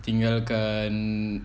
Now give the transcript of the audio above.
tinggalkan